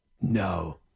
No